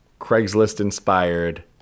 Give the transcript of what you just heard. Craigslist-inspired